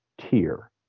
tier